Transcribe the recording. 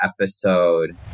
episode